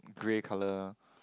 grey colour